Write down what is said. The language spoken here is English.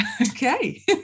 Okay